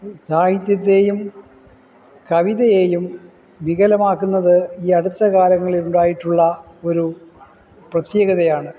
സാഹിത്യത്തേയും കവിതയേയും വികലമാക്കുന്നത് ഈ അടുത്ത കാലങ്ങളിലുണ്ടായിട്ടുള്ള ഒരു പ്രത്യേകതയാണ്